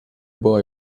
boy